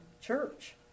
church